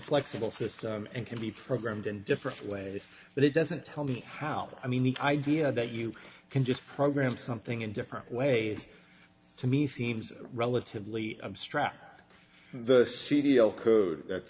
flexible system and can be programmed in different ways but it doesn't tell me how i mean the idea that you can just program something in different ways to me seems relatively abstract the c d o code